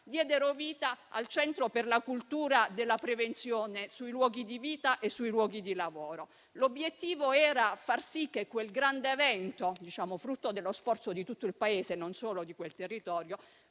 diedero vita al centro per la cultura della prevenzione sui luoghi di vita e sui luoghi di lavoro. L'obiettivo era far sì che quel grande evento, frutto dello sforzo di tutto il Paese e non solo di quel territorio,